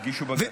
תגישו בג"ץ.